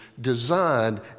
designed